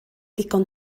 ddigon